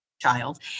Child